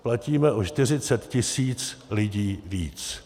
Platíme o 40 tisíc lidí víc.